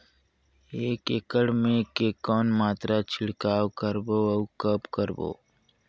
एक एकड़ मे के कौन मात्रा छिड़काव करबो अउ कब करबो?